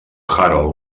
harold